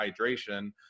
hydration